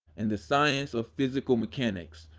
in the science of physical mechanics,